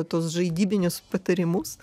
tuos žaidybinius patarimus